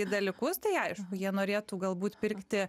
į dalykus tai aišku jie norėtų galbūt pirkti